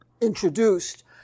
introduced